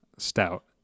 Stout